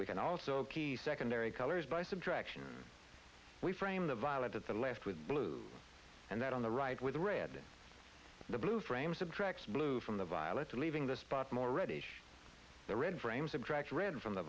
we can also key secondary colors by subtraction we frame the violet at the left with blue and that on the right with red the blue frame subtracts blue from the violets leaving the spot more ready the red frame subtract red from the